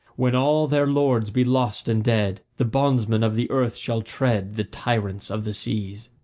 when all their lords be lost and dead the bondsmen of the earth shall tread the tyrants of the seas.